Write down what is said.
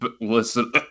listen